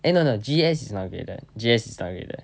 eh no no G_G is ungraded G_S is ungraded